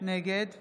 נגד